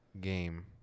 game